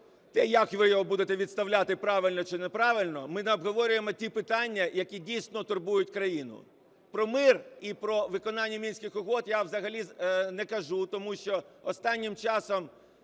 те, як ви його будете відставляти – правильно чи неправильно, ми не обговорюємо ті питання, які дійсно турбують країну. Про мир і виконання Мінських угод я взагалі не кажу, тому що останнім часом